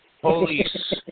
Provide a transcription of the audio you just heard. Police